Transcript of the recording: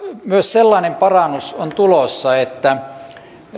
myös sellainen parannus on tulossa että